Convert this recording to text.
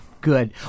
Good